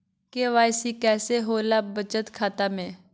KYC कैसे होला बचत खाता में?